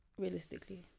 Realistically